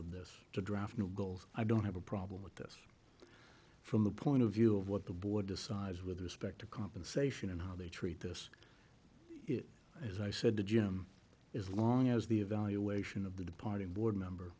of this to draft new goals i don't have a problem with this from the point of view of what the board decides with respect to compensation and how they treat this it as i said to jim as long as the evaluation of the departing board member